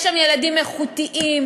יש שם ילדים איכותיים,